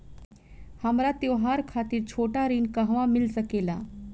हमरा त्योहार खातिर छोटा ऋण कहवा मिल सकेला?